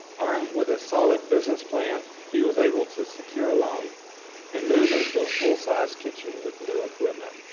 armed with a solid business plan he was able to secure a loan and move into a full-sized kitchen with new equipment.